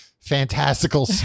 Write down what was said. fantastical